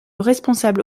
responsable